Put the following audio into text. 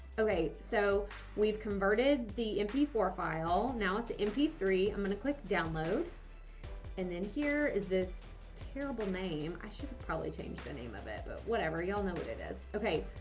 okay, so we've converted the m p four file. now, it's an m p three. i'm gonna click download and then. here is this terrible name i should probably change the name of it but whatever. you'll know what it is. okay,